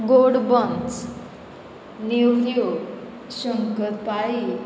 गोड बन्स नेवऱ्यो शंकरपाळी